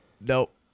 Nope